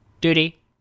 Duty